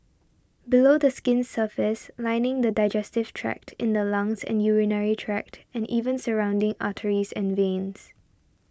below the skin's surface lining the digestive tract in the lungs and urinary tract and even surrounding arteries and veins